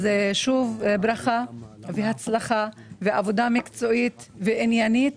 שוב ברכה להצלחה ולעבודה מקצועית ועניינית,